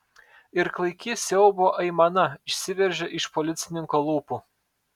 ir klaiki siaubo aimana išsiveržė iš policininko lūpų